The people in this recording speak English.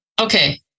Okay